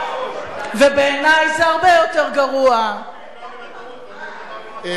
ובעיני, זה הרבה יותר גרוע, רבותי.